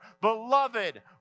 beloved